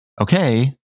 okay